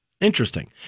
interesting